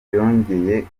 byongeye